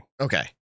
Okay